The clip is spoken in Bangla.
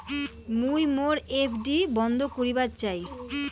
মুই মোর এফ.ডি বন্ধ করিবার চাই